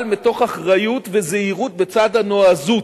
אבל מתוך אחריות וזהירות, בצד הנועזות.